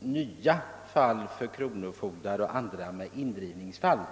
nya fall för indrivningsmyndigheterna.